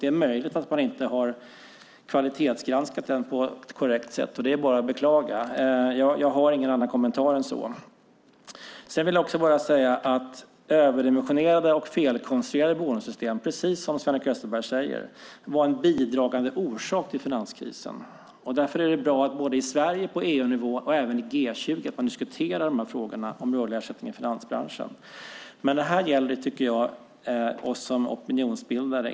Det är möjligt att man inte har kvalitetsgranskat den på ett korrekt sätt, vilket bara är att beklaga. Jag har ingen annan kommentar än så. Överdimensionerade och felkonstruerade bonussystem var, precis som Sven-Erik Österberg säger, en bidragande orsak till finanskrisen. Därför är det bra att man i Sverige, på EU-nivå och även i G20 diskuterar frågorna om rörliga ersättningar i finansbranschen. Det här gäller, tycker jag, oss som opinionsbildare.